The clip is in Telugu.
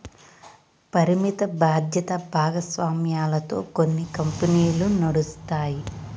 పరిమిత బాధ్యత భాగస్వామ్యాలతో కొన్ని కంపెనీలు నడుస్తాయి